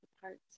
parts